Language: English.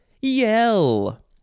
yell